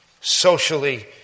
Socially